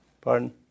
Pardon